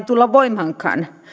tulla voimaankaan